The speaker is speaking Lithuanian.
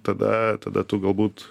tada tada tu galbūt